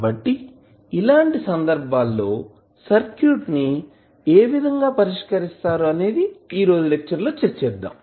కాబట్టి ఇలాంటి సందర్భాల్లో సర్క్యూట్ ని ఏ విధంగా పరిష్కరిస్తారు అనేది ఈ రోజు లెక్చర్ లో చర్చిద్దాం